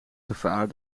gevaar